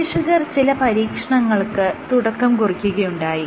ഗവേഷകർ ചില പരീക്ഷണങ്ങൾക്ക് തുടക്കം കുറിക്കുകയുണ്ടായി